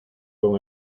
con